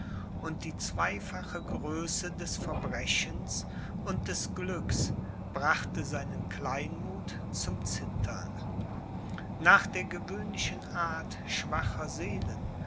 und die zweifache größe des verbrechens und des glücks brachte seinen kleinmuth zum zittern nach der gewöhnlichen art schwacher seelen